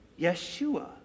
Yeshua